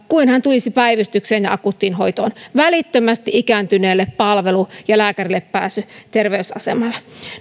kuin hän tulisi päivystykseen ja akuuttiin hoitoon välittömästi ikääntyneelle palvelu ja lääkärille pääsy terveysasemalla